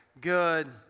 good